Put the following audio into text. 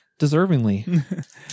Deservingly